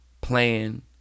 Plan